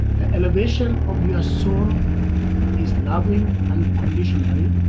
the elevation of your soul is loving unconditionally,